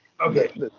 Okay